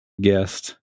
guest